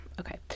Okay